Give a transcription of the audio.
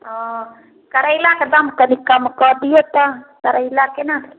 हँ करैलाके दाम कनी कम कऽ दिऔ तऽ करैला केना छै